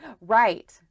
Right